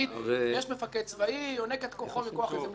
יש מפקד צבאי, יונק את כוחו מכוח בלה-בלה-בלה.